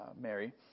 Mary